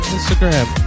Instagram